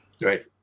Right